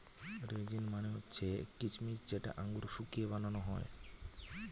raisin মানে হচ্ছে কিচমিচ যেটা আঙুর শুকিয়ে বানানো হয়